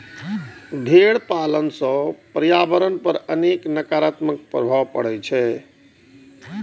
भेड़ पालन सं पर्यावरण पर अनेक नकारात्मक प्रभाव पड़ै छै